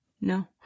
no